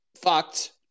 fucked